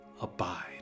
abide